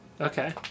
okay